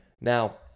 now